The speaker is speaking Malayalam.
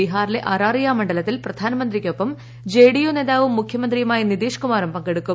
ബിഹാറിലെ അറാറിയ മണ്ഡലത്തിൽ പ്രധാനമന്ത്രിക്കൊപ്പം ജെ ഡി യു നേതാവും മുഖ്യമന്ത്രിയുമായ നിതീഷ് കുമാറും പങ്കെടുക്കും